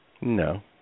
No